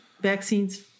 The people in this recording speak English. vaccines